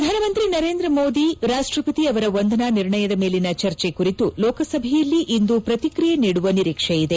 ಪ್ರಧಾನಮಂತ್ರಿ ನರೇಂದ್ರ ಮೋದಿ ರಾಷ್ಟಪತಿ ಅವರ ವಂದನಾ ನಿರ್ಣಯದ ಮೇಲಿನ ಚರ್ಚೆ ಕುರಿತು ಲೋಕಸಭೆಯಲ್ಲಿಂದು ಪ್ರತಿಕ್ರಿಯೆ ನೀಡುವ ನಿರೀಕ್ಷೆ ಇದೆ